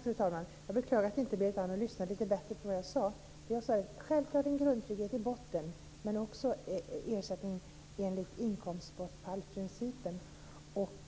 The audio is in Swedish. Fru talman! Jag beklagar att inte Berit Andnor lyssnade lite bättre till vad jag sade. Jag sade: Självklart ska vi ha en grundtrygghet i botten, men också ersättning enligt inkomstbortfallsprincipen.